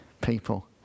people